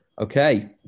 Okay